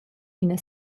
ina